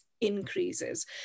increases